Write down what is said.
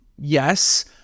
Yes